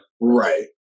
right